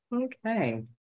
Okay